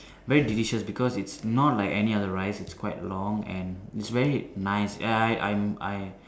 very delicious because its not like any other rice it's quite long and it's very nice ya I'm I I